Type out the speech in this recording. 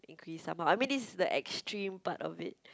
increase somehow I mean this is the extreme part of it